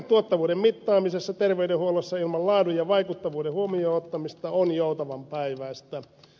tuottavuuden mittaaminen terveydenhuollossa ilman laadun ja vaikuttavuuden huomioon ottamista on joutavanpäiväistä